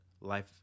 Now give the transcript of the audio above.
life